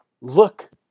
look